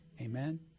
Amen